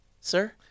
sir